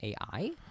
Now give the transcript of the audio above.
AI